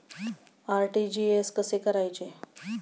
RTGS कसे करायचे?